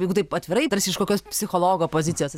jeigu taip atvirai tarsi iš kokios psichologo pozicijos